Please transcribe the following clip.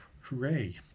Hooray